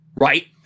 right